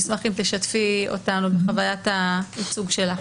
נשמח שתשתפי אותנו בחוויית הייצוג שלך.